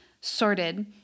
sorted